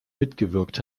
mitgewirkt